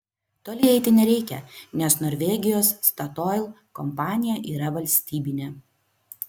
toli eiti nereikia nes norvegijos statoil kompanija yra valstybinė